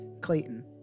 Clayton